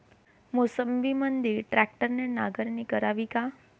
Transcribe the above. मोसंबीमंदी ट्रॅक्टरने नांगरणी करावी का?